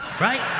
Right